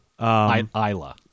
Isla